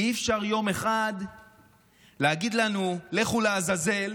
כי אי-אפשר יום אחד להגיד לנו "לכו לעזאזל",